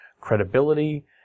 credibility